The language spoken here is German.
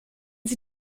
sie